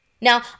now